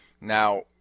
Now